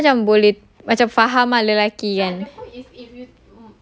tak mandi itu pun macam boleh macam faham ah lelaki kan